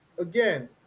Again